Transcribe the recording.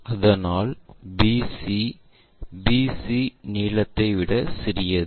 அதனா bc BC நீளத்தை விட சிறியது